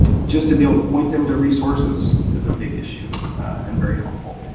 just to be able to point them to resources is a big issue and very helpful.